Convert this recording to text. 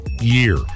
year